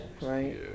Right